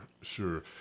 sure